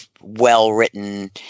well-written